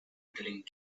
medaling